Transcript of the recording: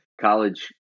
college